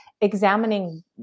Examining